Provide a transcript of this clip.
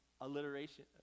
Alliteration